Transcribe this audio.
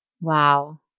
Wow